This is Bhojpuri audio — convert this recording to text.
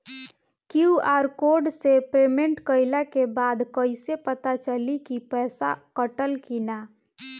क्यू.आर कोड से पेमेंट कईला के बाद कईसे पता चली की पैसा कटल की ना?